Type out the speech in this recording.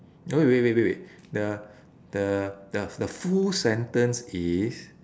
no wait wait wait wait wait the the the the full sentence is